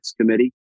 committee